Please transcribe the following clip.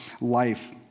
life